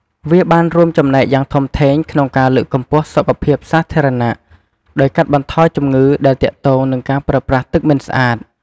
វាបានរួមចំណែកយ៉ាងធំធេងក្នុងការលើកកម្ពស់សុខភាពសាធារណៈ ដោយកាត់បន្ថយជំងឺដែលទាក់ទងនឹងការប្រើប្រាស់ទឹកមិនស្អាត។